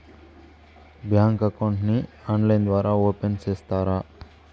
Bank account ని online ద్వారా open సేస్తారా?